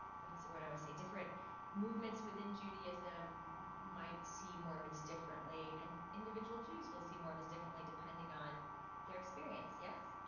what's the word i always say? different movements within judaism might see mormons differently, and individual jews will see mormons differently depending on their experience, yes?